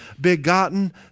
begotten